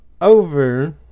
over